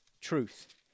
truth